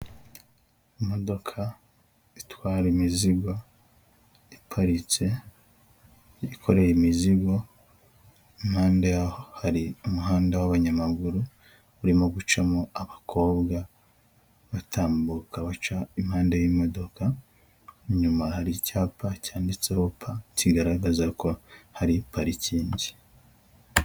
Imodoka itwara imizigo iparitse, yikoreye imizigo impande yaho hari umuhanda w'abanyamaguru urimo gucamo abakobwa batambuka baca impande y'imodoka, inyuma hari icyapa cyanditseho pa, kigaragaza ko hari parikingi.